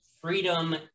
Freedom